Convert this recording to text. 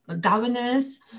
governors